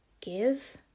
give